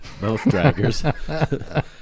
mouth-draggers